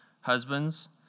Husbands